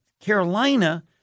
Carolina